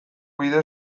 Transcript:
bide